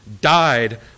died